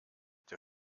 der